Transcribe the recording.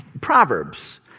Proverbs